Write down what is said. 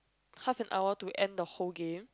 half and hour to end the whole game